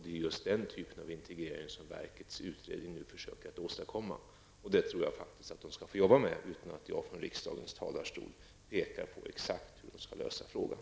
Det är den typen av integrering som verkets utredning nu försöker att åstadkomma. Jag tror att de skall få arbeta med detta utan att jag, från riksdagens talarstol, pekar på exakt hur de skall lösa frågan.